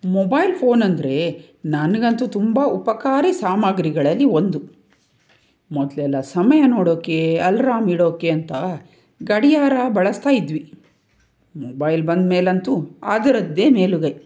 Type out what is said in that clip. mobile phone ಅಂದರೆ ನನಗಂತೂ ತುಂಬ ಉಪಕಾರಿ ಸಾಮಗ್ರಿಗಳಲ್ಲಿ ಒಂದು ಮೊದಲೆಲ್ಲ ಸಮಯ ನೋಡೋಕ್ಕೆ ಅಲ್ರಾಮ್ ಇಡೋಕ್ಕೆ ಅಂತ ಗಡಿಯಾರ ಬಳಸ್ತಾ ಇದ್ವಿ ಮೊಬೈಲ್ ಬಂದಮೇಲಂತೂ ಅದರದ್ದೇ ಮೇಲುಗೈ